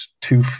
two